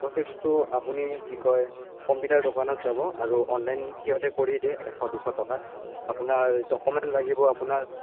প্ৰচেছটো আপুনি কি কয় কম্পিউটাৰ দোকানত যাব আৰু অনলাইন সিহঁতে কৰি দিয়ে এশ দুশ টকাত আপোনাৰ ডকুমেণ্ট লাগিব আপোনাৰ